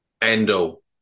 endo